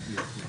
הדיון